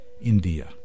India